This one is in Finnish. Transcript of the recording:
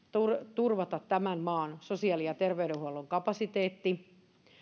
turvata tämän maan sosiaali ja terveydenhuollon kapasiteetti